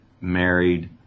married